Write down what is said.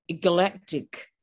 galactic